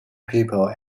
people